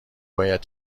باید